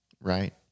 right